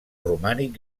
romànic